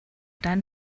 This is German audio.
dann